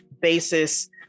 basis